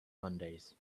mondays